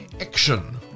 Action